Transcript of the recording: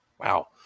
Wow